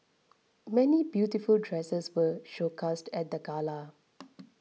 many beautiful dresses were showcased at the gala